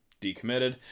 Decommitted